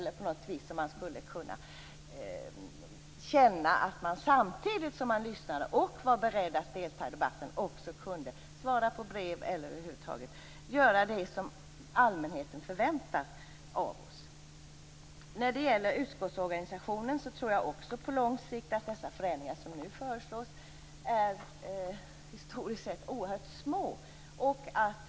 Då skulle man kunna känna att man samtidigt som man lyssnar och är beredd att delta i debatten också kan svara på brev eller över huvud taget göra det som allmänheten förväntar sig av oss. När det gäller utskottsorganisationen tror jag att de förändringar som föreslås på lång sikt och historiskt sett är oerhört små.